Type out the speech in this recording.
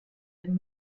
den